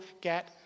get